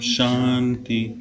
Shanti